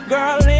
Girl